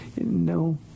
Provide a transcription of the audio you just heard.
No